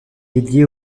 dédié